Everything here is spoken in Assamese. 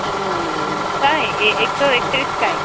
অঁ কাই এক্টৰ একট্ৰেছ কাই